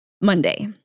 Monday